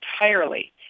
entirely